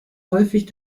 häufig